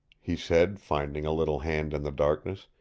he said, finding a little hand in the darkness.